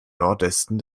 nordwesten